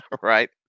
right